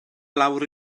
lawr